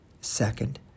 Second